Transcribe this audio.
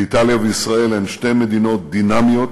ואיטליה וישראל הן שתי מדינות דינמיות,